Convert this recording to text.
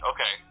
Okay